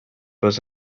was